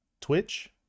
Twitch